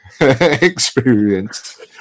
experience